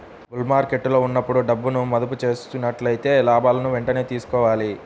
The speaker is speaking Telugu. బుల్ మార్కెట్టులో ఉన్నప్పుడు డబ్బును మదుపు చేసినట్లయితే లాభాలను వెంటనే తీసుకోవాలి